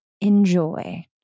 enjoy